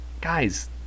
Guys